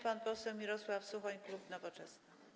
Pan poseł Mirosław Suchoń, klub Nowoczesna.